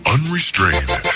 Unrestrained